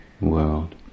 world